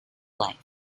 life